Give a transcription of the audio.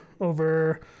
over